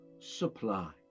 Supply